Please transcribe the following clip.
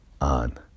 on